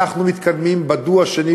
אנחנו מתקדמים ב"דו" השני,